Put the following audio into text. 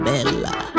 Bella